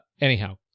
anyhow